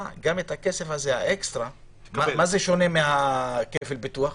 גם את הכסף הזה האקסטרה, מה זה שונה מכפל ביטוח?